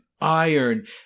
Iron